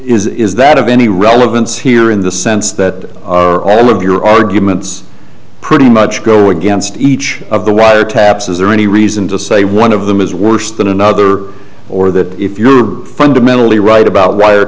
t is that of any relevance here in the sense that are all of your arguments pretty much go against each of the wiretaps is there any reason to say one of them is worse than another or that if you're fundamentally right about wire